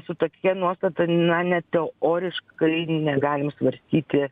su tokia nuostata na net teoriškai negalim svarstyti